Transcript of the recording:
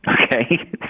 Okay